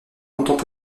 longtemps